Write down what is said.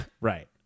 Right